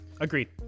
Agreed